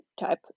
type